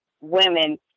women